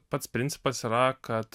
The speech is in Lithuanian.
pats principas yra kad